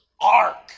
ark